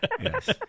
Yes